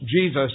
Jesus